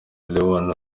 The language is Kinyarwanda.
léon